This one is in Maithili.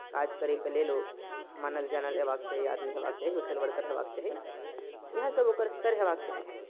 काज करैके लेल ओ मानल जानल हेबाक चाही आदमी हेबाक चाही सोशल वर्कर हेबाक चाही इएहसभ ओकर स्तर हेबाक चाही